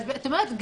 זאת אומרת,